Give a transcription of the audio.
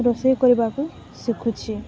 ରୋଷେଇ କରିବାକୁ ଶିଖୁଛି